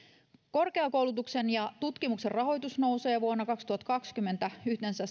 korkeakoulutuksen ja tutkimuksen rahoitus nousee vuonna kaksituhattakaksikymmentä yhteensä